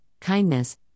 kindness